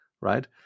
right